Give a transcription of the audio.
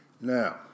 Now